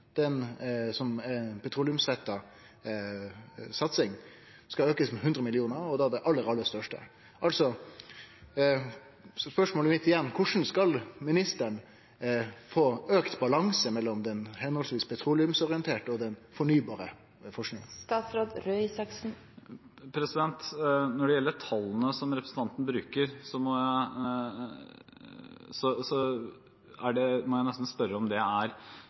petroleumsretta satsing, skal aukast med 100 mill. kr – og er da den aller største. Spørsmålet mitt er igjen: Korleis skal ministeren få betra balansen mellom den petroleumsorienterte og den fornybare forskinga? Når det gjelder tallene som representanten bruker, må jeg nesten spørre om det er tall for total forskningsinnsats, eller om det er